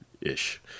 ish